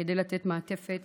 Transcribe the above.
כדי לתת מעטפת